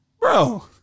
bro